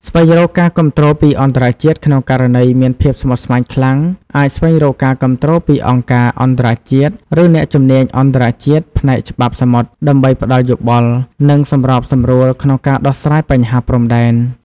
ស្វែងរកការគាំទ្រពីអន្តរជាតិក្នុងករណីមានភាពស្មុគស្មាញខ្លាំង អាចស្វែងរកការគាំទ្រពីអង្គការអន្តរជាតិ ឬអ្នកជំនាញអន្តរជាតិផ្នែកច្បាប់សមុទ្រ ដើម្បីផ្តល់យោបល់ និងសម្របសម្រួលក្នុងការដោះស្រាយបញ្ហាព្រំដែន។